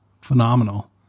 phenomenal